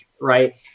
right